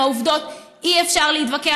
עם העובדות אי-אפשר להתווכח.